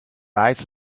eyes